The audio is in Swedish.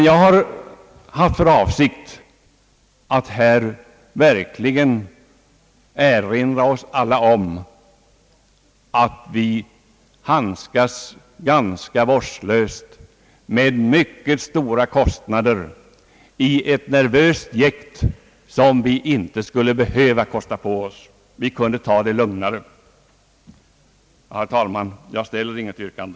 Jag har haft för avsikt att här verkligen erinra oss alla om att vi handskas ganska vårdslöst med mycket stora belopp i ett nervöst jäkt, kostnader som vi inte skulle behöva ta på oss. Vi borde i stället ta det lugnare. Herr talman! Jag ställer intet yrkande.